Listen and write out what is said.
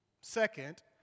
Second